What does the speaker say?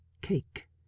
cake